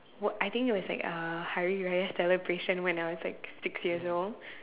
what I think it was like uh Hari-Raya celebration when I was like six years old